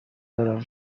برم